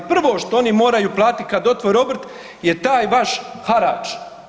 Prvo što oni moraju platiti kada otvore obrt je taj vaš harač.